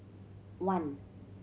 one